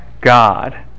God